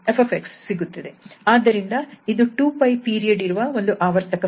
ಆದ್ದರಿಂದ ಇದು 2𝜋 ಪೀರಿಯಡ್ ಇರುವ ಒಂದು ಆವರ್ತಕ ಫಂಕ್ಷನ್